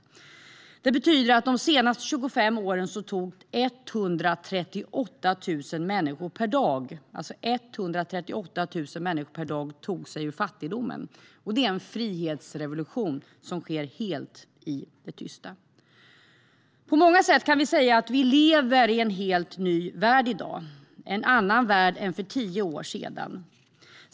Detta betyder att de senaste 25 åren har 138 000 människor per dag tagit sig ur fattigdom, och det är en frihetsrevolution som sker helt i det tysta. På många sätt kan vi säga att vi lever i en helt ny värld i dag, en annan värld än för tio år sedan.